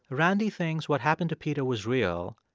randy thinks what happened to peter was real,